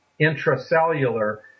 intracellular